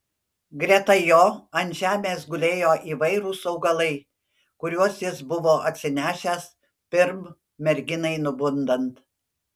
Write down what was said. greta jo ant žemės gulėjo įvairūs augalai kuriuos jis buvo atsinešęs pirm merginai nubundant